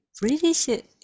British